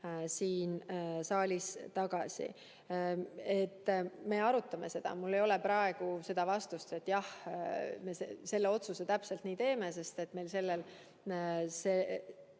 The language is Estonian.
siin saalis tagasi. Me arutame seda. Mul ei ole praegu seda vastust, et jah, me selle otsuse täpselt nii teeme. See tuleb siis,